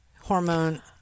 hormone